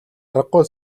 аргагүй